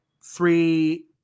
three